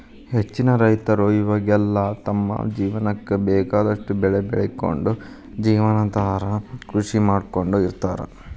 ಹೆಚ್ಚಿನ ರೈತರ ಇವಾಗೆಲ್ಲ ತಮ್ಮ ಜೇವನಕ್ಕ ಬೇಕಾದಷ್ಟ್ ಬೆಳಿ ಬೆಳಕೊಂಡು ಜೇವನಾಧಾರ ಕೃಷಿ ಮಾಡ್ಕೊಂಡ್ ಇರ್ತಾರ